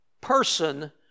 person